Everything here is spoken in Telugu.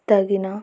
తగిన